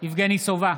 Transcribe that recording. יבגני סובה,